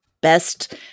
best